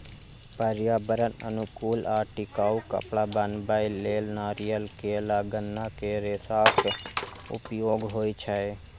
पर्यावरण अनुकूल आ टिकाउ कपड़ा बनबै लेल नारियल, केला, गन्ना के रेशाक उपयोग होइ छै